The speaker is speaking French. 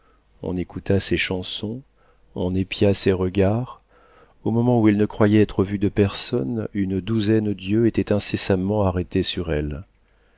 on écouta ses chansons on épia ses regards au moment où elle ne croyait être vue de personne une douzaine d'yeux étaient incessamment arrêtés sur elle